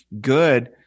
good